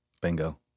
Bingo